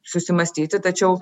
susimąstyti tačiau